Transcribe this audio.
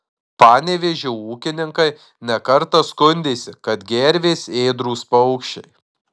panevėžio ūkininkai ne kartą skundėsi kad gervės ėdrūs paukščiai